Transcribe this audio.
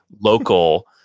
local